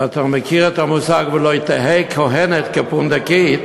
ואתה מכיר את המושג "ולא תהא כוהנת כפונדקית?",